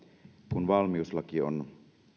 kun valmiuslaki on